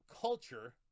culture